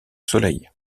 soleil